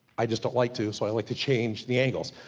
i just don't like to, so i like to change the angles.